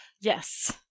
Yes